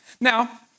Now